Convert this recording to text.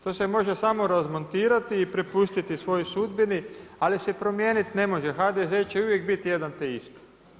To se može samo razmontirati i prepustiti svojoj sudbini ali se promijeniti ne može, HDZ će uvijek biti jedan te isti.